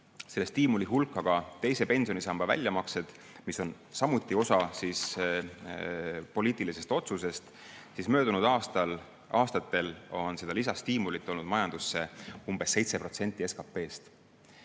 arvame stiimuli hulka ka teise pensionisamba väljamaksed, mis on samuti osa poliitilisest otsusest, siis möödunud aastatel on seda lisastiimulit olnud majandusse umbes 7% SKT-st.